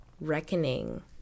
reckoning